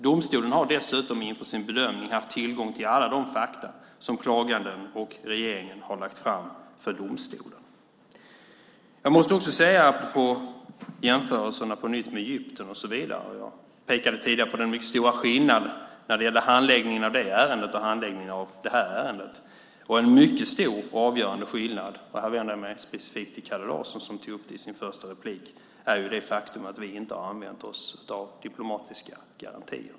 Domstolen har dessutom inför sin bedömning haft tillgång till alla de fakta som klaganden och regeringen har lagt fram för domstolen. Apropå jämförelserna med Egypten måste jag återigen peka på den stora skillnaden i handläggningen av det ärendet och detta ärende. En mycket stor och avgörande skillnad - och här vänder jag mig specifikt till Kalle Larsson som tog upp det i sitt första anförande - är det faktum att vi inte har använt oss av diplomatiska garantier.